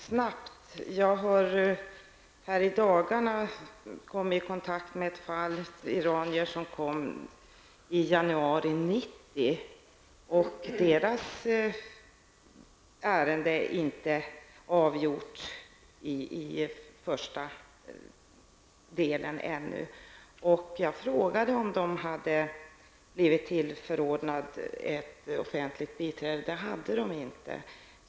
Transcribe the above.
Herr talman! Snabbt, ja i dagarna kom jag i kontakt med iranier som anlände hit i januari 1990. Deras ärende är ännu inte avgjort i första instans. Jag frågade om de hade fått ett offentligt biträde och svaret blev nej.